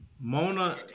Mona